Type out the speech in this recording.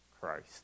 Christ